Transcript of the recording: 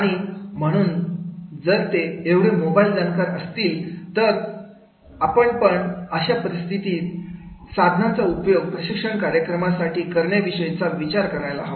आणि म्हणून जर ते एवढे मोबाईल जाणकार असतील तर आपण पण अशा प्रसिद्ध साधनांचा उपयोग प्रशिक्षण कार्यक्रमांसाठी करण्याविषयी विचार करायला हवा